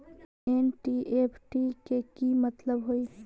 NEFT के कि मतलब होइ?